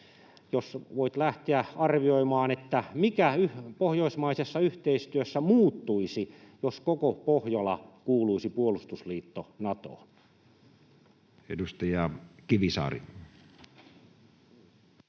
jos voit lähteä arvioimaan: mikä pohjoismaisessa yhteistyössä muuttuisi, jos koko Pohjola kuuluisi puolustusliitto Natoon? Edustaja Kivisaari.